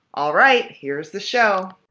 all right. here's the show